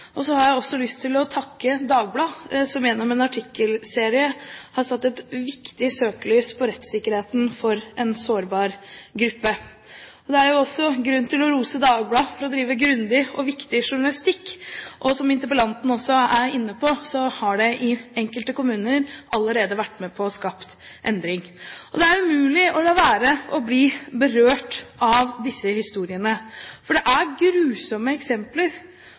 og viktig journalistikk. Som interpellanten også var inne på, har dette i enkelte kommuner allerede vært med på å skape endring. Det er umulig å la være å bli berørt av disse historiene, for det er grusomme eksempler